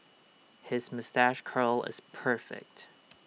his moustache curl is perfect